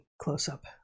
close-up